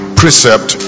precept